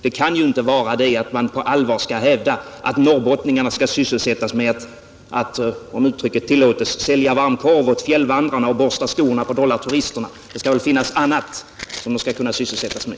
Det kan ju inte vara så att man på allvar hävdar att norrbottningarna skall sysselsättas med att — om uttrycket tillåtes — sälja varm korv åt fjällvandrarna och borsta skor åt dollarturisterna. Det skall finnas annat som de kan sysselsättas med.